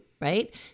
right